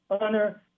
honor